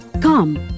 Come